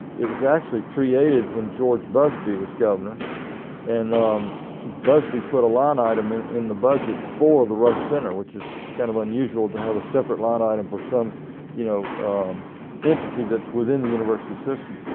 it was actually created when george busbee was governor and busbee put a line item in in the budget for the rusk center which is kind of unusual to have a separate line item for some you know entity that is within the university system.